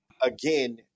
Again